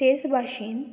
तेच भाशेन